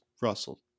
Russell